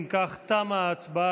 אם כך, תמה ההצבעה.